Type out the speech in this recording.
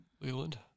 Leland